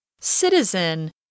Citizen